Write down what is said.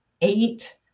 eight